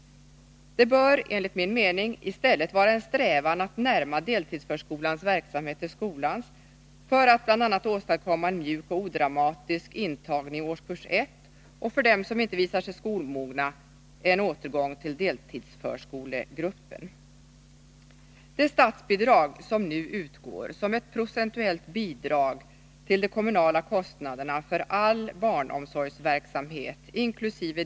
Det bör enligt min mening i stället vara en strävan att närma deltidsförskolans verksamhet till skolans för att bl.a. åstadkomma en mjuk och odramatisk intagning i årskurs 1 och, för dem som inte visar sig skolmogna, en återgång till deltidsförskolegruppen. Det statsbidrag som nu utgår som ett procentuellt bidrag till de kommunala kostnaderna för all barnomsorgsverksamhet inkl.